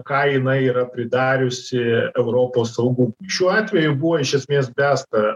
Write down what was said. ką jinai yra pridariusi europos saugumui šiuo atveju buvo iš esmės besta